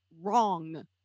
wrong